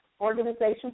organization